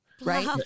Right